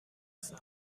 سخته